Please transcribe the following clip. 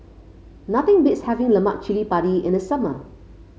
nothing beats having Lemak Cili Padi in the summer